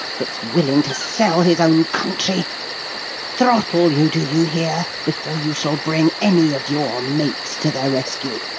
that's willing to sell his own country throttle you, do you hear before you shall bring any of your mates to the rescue.